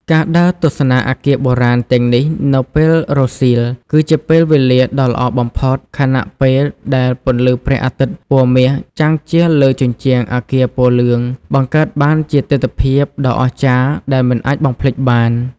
ការដើរទស្សនាអគារបុរាណទាំងនេះនៅពេលរសៀល គឺជាពេលវេលាដ៏ល្អបំផុត ខណៈពេលដែលពន្លឺព្រះអាទិត្យពណ៌មាសចាំងជះលើជញ្ជាំងអគារពណ៌លឿង បង្កើតបានជាទិដ្ឋភាពដ៏អស្ចារ្យដែលមិនអាចបំភ្លេចបាន។